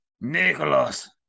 nicholas